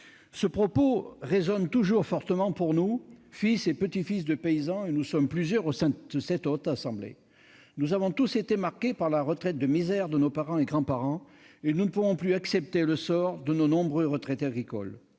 Ce propos résonne toujours fortement pour nous, fils et petit-fils de paysans, car nous sommes plusieurs dans ce cas au sein de la Haute Assemblée. Nous avons tous été marqués par la retraite de misère de nos parents et grands-parents, et nous ne pouvons plus accepter le sort de nos nombreux retraités agricoles.